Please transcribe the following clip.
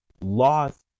lost